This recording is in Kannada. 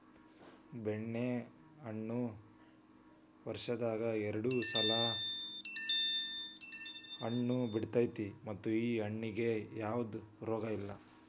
ಬೆಣ್ಣೆಹಣ್ಣ ವರ್ಷದಾಗ ಎರ್ಡ್ ಸಲಾ ಹಣ್ಣ ಬಿಡತೈತಿ ಮತ್ತ ಈ ಹಣ್ಣಿಗೆ ಯಾವ್ದ ರೋಗಿಲ್ಲ